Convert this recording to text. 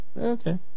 Okay